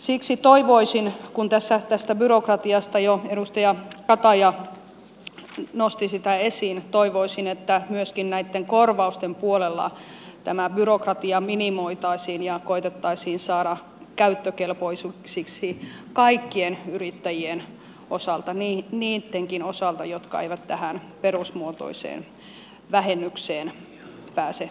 siksi toivoisin kun tässä tätä byrokratiaa jo edustaja kataja nosti esiin että myöskin näitten korvausten puolella tämä byrokratia minimoitaisiin ja koetettaisiin saada käyttökelpoiseksi kaikkien yrittäjien osalta niittenkin osalta jotka eivät tähän perusmuotoiseen vähennykseen pääse osallisiksi